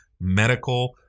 medical